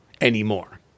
Anymore